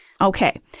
Okay